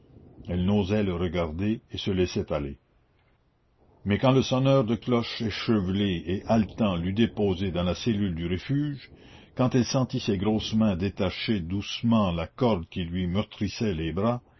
elle n'osait le regarder et se laissait aller mais quand le sonneur de cloches échevelé et haletant l'eut déposée dans la cellule du refuge quand elle sentit ses grosses mains détacher doucement la corde qui lui meurtrissait les bras